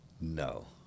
No